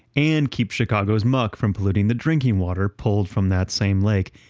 and keep chicago's muck from polluting the drinking water pulled from that same lake,